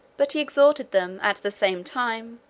but he exhorted them, at the same time,